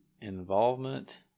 involvement